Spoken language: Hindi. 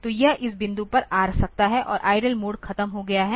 तो यह इस बिंदु पर आ सकता है और आईडील मोड खत्म हो गया है